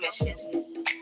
mission